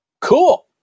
Cool